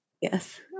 Yes